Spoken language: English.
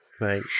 Right